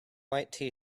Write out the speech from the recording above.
white